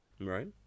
Right